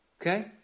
Okay